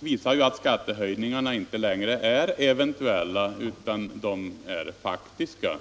visar att skattehöjningarna inte längre är eventuella utan faktiska.